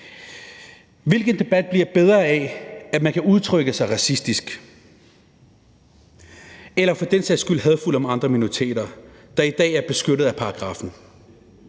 Hvilken debat bliver bedre af, at man kan udtrykke sig racistisk eller for den sags skyld hadefuldt om andre minoriteter, der i dag er beskyttet af paragraffen?